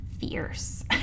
fierce